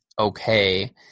okay